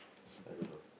I don't know